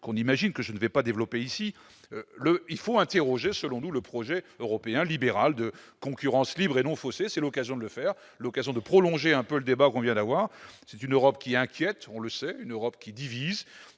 qu'on imagine et que je ne développerai pas ici. Selon nous, il faut interroger le projet européen libéral de concurrence libre et non faussée. C'est l'occasion de le faire, de prolonger un peu le débat que nous venons d'avoir. C'est une Europe qui inquiète, on le sait, une Europe qui divise,